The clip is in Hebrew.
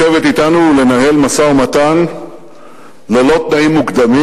לשבת אתנו ולנהל משא-ומתן ללא תנאים מוקדמים,